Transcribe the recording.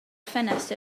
ffenest